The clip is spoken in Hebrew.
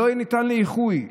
שלא ניתן לאיחוי,